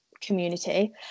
community